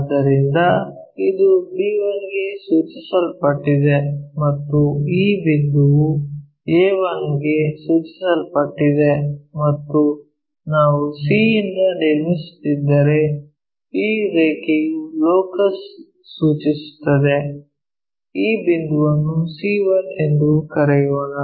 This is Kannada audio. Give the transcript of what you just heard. ಆದ್ದರಿಂದ ಇದು b1 ಗೆ ಸೂಚಿಸಲ್ಪಟ್ಟಿದೆ ಮತ್ತು ಈ ಬಿಂದುವು a1 ಕ್ಕೆ ಸೂಚಿಸಲ್ಪಟ್ಟಿದೆ ಮತ್ತು ನಾವು c ಯಿಂದ ನಿರ್ಮಿಸುತ್ತಿದ್ದರೆ ಈ ರೇಖೆಯು ಲೋಕಸ್ ಗೆ ಸೂಚಿಸುತ್ತದೆ ಈ ಬಿಂದುವನ್ನು c1 ಎಂದು ಕರೆಯೋಣ